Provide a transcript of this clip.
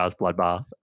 bloodbath